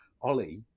Ollie